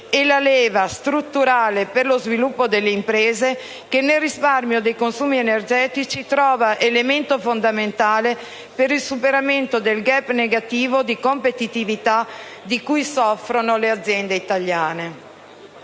e la leva strutturale per lo sviluppo delle imprese, che nel risparmio nei consumi energetici trova elemento fondamentale per il superamento del *gap* negativo di competitività di cui soffrono le aziende italiane.